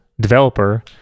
Developer